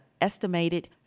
estimated